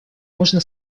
можно